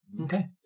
Okay